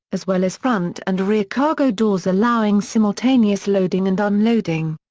as well as front and rear cargo doors allowing simultaneous loading and unloading.